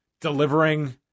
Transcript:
delivering